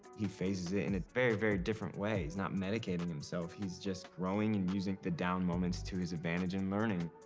he faces it in a very, very different way. he's not medicating himself. he's just growing and using the down moments to his advantage and learning.